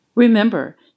Remember